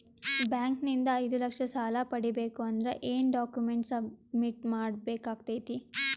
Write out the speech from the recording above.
Bank ನಿಂದ ಐದು ಲಕ್ಷ ಸಾಲ ಪಡಿಬೇಕು ಅಂದ್ರ ಏನ ಡಾಕ್ಯುಮೆಂಟ್ ಸಬ್ಮಿಟ್ ಮಾಡ ಬೇಕಾಗತೈತಿ?